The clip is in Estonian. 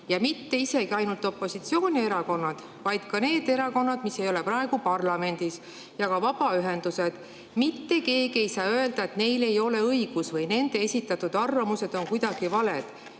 ja mitte isegi ainult opositsioonierakonnad, vaid ka need erakonnad, mis ei ole praegu parlamendis, ja ka vabaühendused. Mitte keegi ei saa öelda, et neil ei ole õigus või nende esitatud arvamused on kuidagi valed.